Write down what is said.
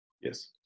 Yes